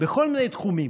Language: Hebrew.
בכל מיני תחומים,